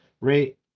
rate